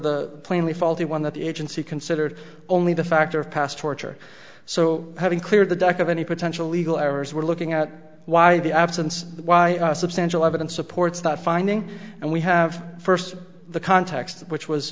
the plainly faulty one that the agency considered only the factor of past torture so having cleared the deck of any potential legal errors we're looking at why the absence why substantial evidence supports that finding and we have first the context which was